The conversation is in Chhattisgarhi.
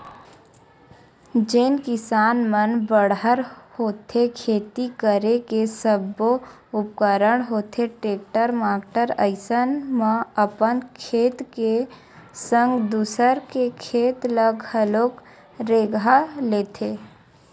जेन किसान मन बड़हर होथे खेती करे के सब्बो उपकरन होथे टेक्टर माक्टर अइसन म अपन खेत के संग दूसर के खेत ल घलोक रेगहा लेथे